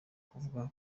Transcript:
kwatura